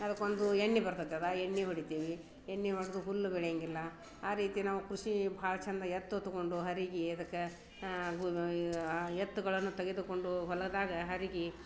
ಅದಕ್ಕೊಂದು ಎಣ್ಣೆ ಬರ್ತೈತಲ್ಲ ಆ ಎಣ್ಣೆ ಹೊಡಿತೀವಿ ಎಣ್ಣೆ ಹೊಡೆದು ಹುಲ್ಲು ಬೆಳೆಯಂಗಿಲ್ಲ ಆ ರೀತಿ ನಾವು ಕೃಷಿ ಭಾಳ ಚೆಂದ ಎತ್ತು ತೊಗೊಂಡು ಹರಿಗಿ ಅದಕ್ಕೆ ಗು ಎತ್ತುಗಳನ್ನು ತೆಗೆದುಕೊಂಡು ಹೊಲದಾಗ ಹರಿಗಿ